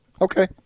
Okay